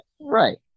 Right